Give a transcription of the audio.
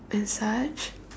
and such